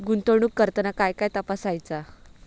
गुंतवणूक करताना काय काय तपासायच?